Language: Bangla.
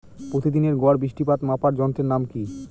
প্রতিদিনের গড় বৃষ্টিপাত মাপার যন্ত্রের নাম কি?